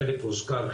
חלק הוזכר,